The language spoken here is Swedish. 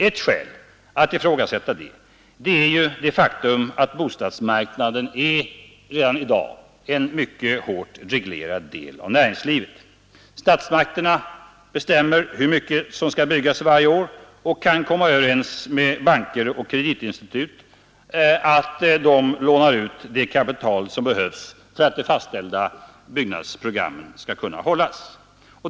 Ett skäl att ifrågasätta det är det faktum att bostadsmarknaden redan i dag är en mycket hårt reglerad del av näringslivet. Statsmakterna bestämmer hur mycket som skall byggas varje år och kan komma överens med banker och kreditinstitut om att dessa skall låna ut det kapital som behövs för att de fastställda bostadsbyggnadsprogrammen skall kunna hållas.